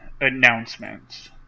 announcements